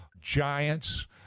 giants